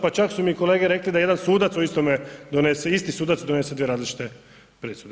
Pa čak su mi i kolege rekli da jedan sudac o istome donese, isti sudac donese dvije različite presude.